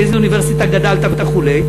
ובאיזו אוניברסיטה גדלת וכו'.